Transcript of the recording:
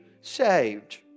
saved